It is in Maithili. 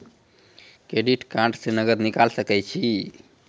क्रेडिट कार्ड से नगद निकाल सके छी?